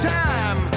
time